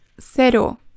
cero